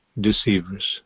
deceivers